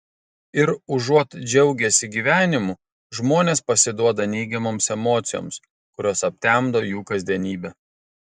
ir užuot džiaugęsi gyvenimu žmonės pasiduoda neigiamoms emocijoms kurios aptemdo jų kasdienybę